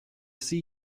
see